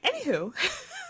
anywho